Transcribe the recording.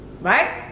Right